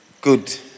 Good